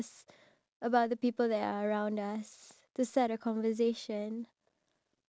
but make sure it's not that sensitive at the same time when